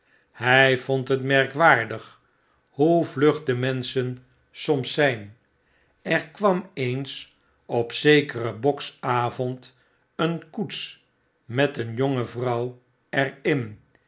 hij vond het merkwaardig hoe vlug de menschen soms zynl er kwam eens op zekeren boks avond een koets met een jonge vrouw er